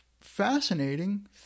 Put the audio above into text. fascinating